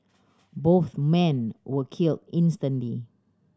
both men were killed instantly